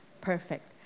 perfect